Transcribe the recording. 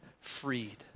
freed